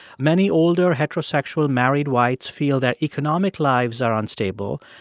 many older, heterosexual married whites feel their economic lives are unstable,